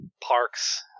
parks